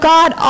God